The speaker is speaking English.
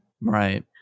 Right